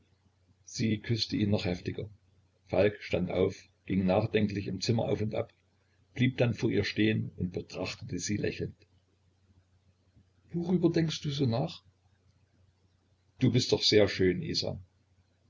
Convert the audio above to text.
sie küßte ihn noch heftiger falk stand auf ging nachdenklich im zimmer auf und ab blieb dann vor ihr stehen und betrachtete sie lächelnd worüber denkst du so nach du bist doch sehr schön isa